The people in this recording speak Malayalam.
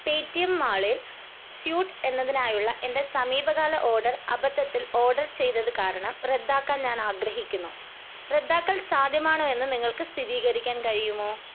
പേടിഎം മാളിൽ സ്യൂട്ട് എന്നതിനായുള്ള എൻ്റെ സമീപകാല ഓർഡർ അബദ്ധത്തിൽ ഓർഡർ ചെയ്തത് കാരണം റദ്ദാക്കാൻ ഞാനാഗ്രഹിക്കുന്നു റദ്ദാക്കൽ സാധ്യമാണോ എന്ന് നിങ്ങൾക്ക് സ്ഥിരീകരിക്കാൻ കഴിയുമോ